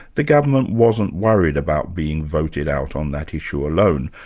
the government wasn't worried about being voted out on that issue alone,